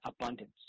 abundance